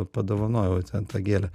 padovanojau ten tą gėlę